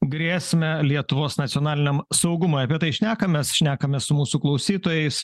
grėsmę lietuvos nacionaliniam saugumui apie tai šnekamės šnekamės su mūsų klausytojais